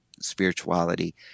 spirituality